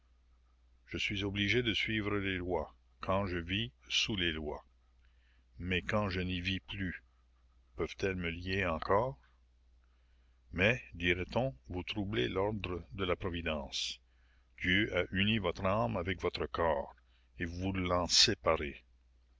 je suis obligé de suivre les lois quand je vis sous les lois mais quand je n'y vis plus peuvent-elles me lier encore mais dira-t-on vous troublez l'ordre de la providence dieu a uni votre âme avec votre corps et vous l'en séparez